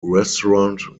restaurant